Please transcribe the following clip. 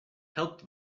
help